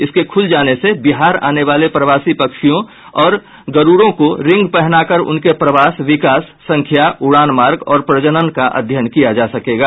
इसके खुल जाने से बिहार आने वाले प्रवाशी पक्षियों और गरूरो को रिंग पहनाकर उनके प्रवास विकास संख्या उड़ान मार्ग और प्रजनन का अध्ययन किया जा सकेगा